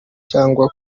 cyangwa